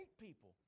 people